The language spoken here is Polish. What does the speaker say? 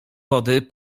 wody